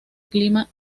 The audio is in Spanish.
clima